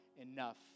enough